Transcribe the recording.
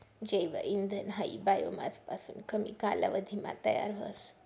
जैव इंधन हायी बायोमास पासून कमी कालावधीमा तयार व्हस